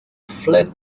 fled